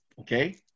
Okay